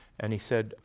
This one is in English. and he said,